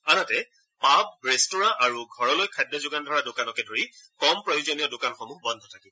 আনহাতে pub restaurant আৰু ঘৰলৈ খাদ্য যোগান ধৰা দোকানকে ধৰি কম প্ৰয়োজনীয় দোকানসমূহ বন্ধ থাকিব